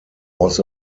was